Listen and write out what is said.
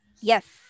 Yes